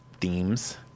themes